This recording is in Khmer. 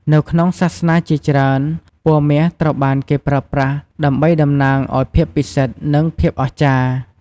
នៅក្នុងសាសនាជាច្រើន ពណ៌មាសត្រូវបានគេប្រើប្រាស់ដើម្បីតំណាងឱ្យភាពពិសិដ្ឋ និងភាពអស្ចារ្យ។